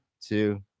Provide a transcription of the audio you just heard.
two